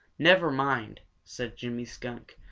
never mind, said jimmy skunk,